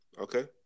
Okay